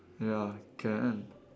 ya can